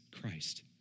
Christ